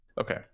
Okay